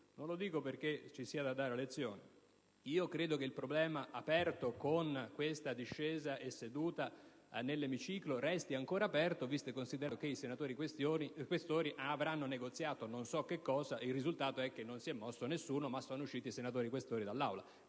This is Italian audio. Non lo dico perché ci sia da dare lezioni. Credo che il problema aperto con questa discesa e seduta nell'emiciclo resti ancora aperto, visto e considerato che i senatori Questori avranno negoziato non so che cosa e il risultato è che non si è mosso nessuno, ma sono usciti i senatori Questori dall'Aula.